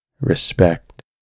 respect